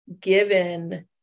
given